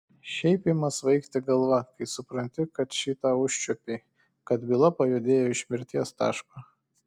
šiaip ima svaigti galva kai supranti kad šį tą užčiuopei kad byla pajudėjo iš mirties taško